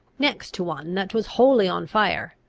next to one that was wholly on fire,